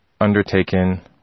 undertaken